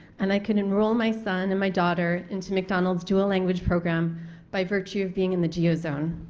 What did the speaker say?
and i can enroll my son and my daughter into mcdonald's dual language program by virtue of being in the geo zone.